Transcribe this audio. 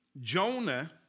Jonah